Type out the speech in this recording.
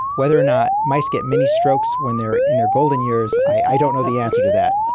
whether or not mice get mini strokes when they are in their golden years, i don't know the answer to that.